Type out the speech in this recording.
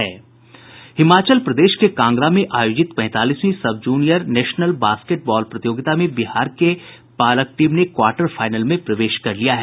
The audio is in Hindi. हिमाचल प्रदेश के कांगड़ा में आयोजित पैंतालीसवीं सबजूनियर नेशनल बास्केट बॉल प्रतियोगिता में बिहार के बालक टीम ने क्वाटर फाइनल में प्रवेश कर लिया है